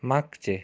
मागचे